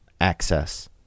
access